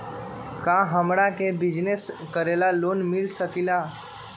का हमरा के बिजनेस करेला लोन मिल सकलई ह?